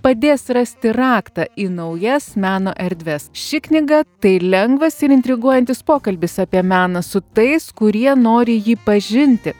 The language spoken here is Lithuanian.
padės rasti raktą į naujas meno erdves ši knyga tai lengvas ir intriguojantis pokalbis apie meną su tais kurie nori jį pažinti